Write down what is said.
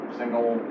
single